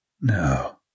No